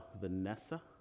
Vanessa